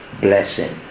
blessing